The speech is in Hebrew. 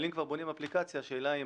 אבל אם כבר בונים אפליקציה השאלה היא אם